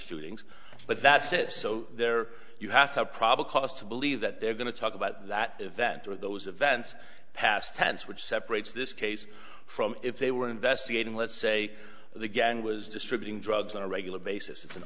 stealings but that's it so there you have to have probable cause to believe that they're going to talk about that event or those events past tense which separates this case from if they were investigating let's say the gang was distributing drugs on a regular basis it's an